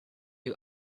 who